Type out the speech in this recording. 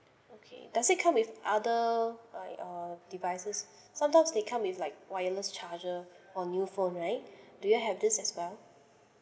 okay does it come with other like uh devices sometimes they come with like wireless charger or new phone right do you have this as well